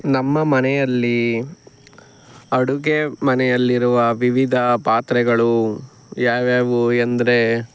ನಮ್ಮ ಮನೆಯಲ್ಲಿ ಅಡುಗೆ ಮನೆಯಲ್ಲಿರುವ ವಿವಿಧ ಪಾತ್ರೆಗಳು ಯಾವುಯಾವು ಎಂದರೆ